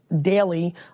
daily